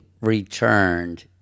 returned